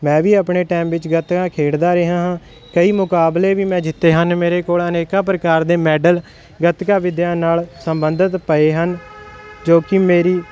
ਮੈਂ ਵੀ ਆਪਣੇ ਟਾਈਮ ਵਿੱਚ ਗੱਤਕਾ ਖੇਡਦਾ ਰਿਹਾ ਹਾਂ ਕਈ ਮੁਕਾਬਲੇ ਵੀ ਮੈਂ ਜਿੱਤੇ ਹਨ ਮੇਰੇ ਕੋਲਾਂ ਅਨੇਕਾਂ ਪ੍ਰਕਾਰ ਦੇ ਮੈਡਲ ਗੱਤਕਾ ਵਿਦਿਆ ਨਾਲ ਸੰਬੰਧਿਤ ਪਏ ਹਨ ਜੋ ਕਿ ਮੇਰੀ